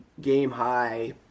game-high